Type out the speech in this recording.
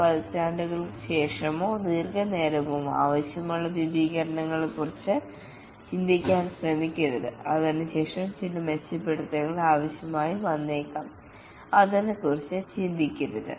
പതിറ്റാണ്ടുകൾക്ക് ശേഷമോ ദീർഘനേരമോ ആവശ്യമുള്ള വിപുലീകരണങ്ങളെക്കുറിച്ച് ചിന്തിക്കാൻ ശ്രമിക്കരുത് അതിനുശേഷം ചില മെച്ചപ്പെടുത്തലുകൾ ആവശ്യമായി വന്നേക്കാം അതിനെക്കുറിച്ച് ചിന്തിക്കരുത്